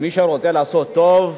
מי שרוצה לעשות טוב,